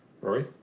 Rory